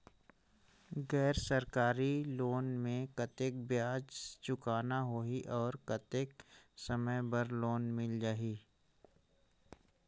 गैर सरकारी लोन मे कतेक ब्याज चुकाना होही और कतेक समय बर लोन मिल जाहि?